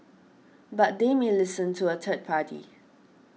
but they may listen to a third party